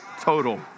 total